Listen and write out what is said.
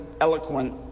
eloquent